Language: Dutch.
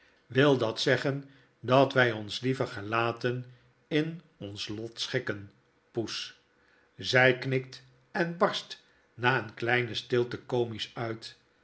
wil dat zeggen dat wy ons liever gelaten in ons lot schikken poes zy knikt en barst na een kleine stilte komisch uit